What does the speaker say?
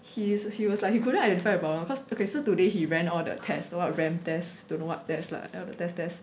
he's he was like he couldn't identify the problem cause okay so today he ran all the test what RAM tests don't know what test lah like all the test test